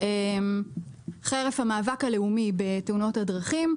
שחרף המאבק הלאומי בתאונות הדרכים,